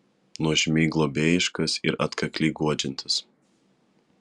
nuožmiai globėjiškas ir atkakliai guodžiantis